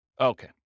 Okay